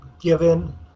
given